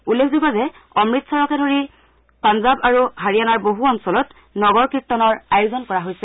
উল্লেখযোগ্য যে অমৃতস্বৰকে ধৰি পাঞ্জাব আৰু হাৰিয়ানাৰ বহু অঞ্চলত নগৰ কীৰ্তনৰ আয়োজন কৰা হৈছে